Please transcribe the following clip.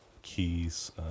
keys